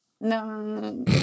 No